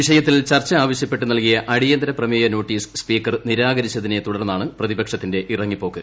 വിഷയത്തിൽ ചർച്ച ആവശ്യപ്പെട്ട് നൽക്ടിയ് അടിയന്തര പ്രമേയ നോട്ടീസ് സ്പീക്കർ നിരാകരിച്ചതിനെ തുടർന്നാണ് പ്രതിപക്ഷത്തിന്റെ ഇറങ്ങിപ്പോക്ക്